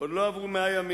עוד לא עברו 100 ימים,